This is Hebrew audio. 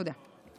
תודה.